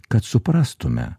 kad suprastume